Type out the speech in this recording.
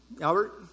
Albert